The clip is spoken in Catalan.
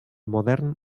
modern